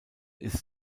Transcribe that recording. ist